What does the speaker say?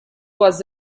was